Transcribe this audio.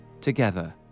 together